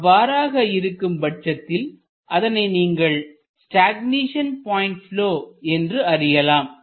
அவ்வாறாக இருக்கும் பட்சத்தில் அதனை நீங்கள் ஸ்டக்நேஷன் பாயிண்ட் ப்லொ என்று அறியலாம்